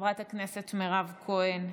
חברת הכנסת מירב כהן,